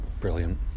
Brilliant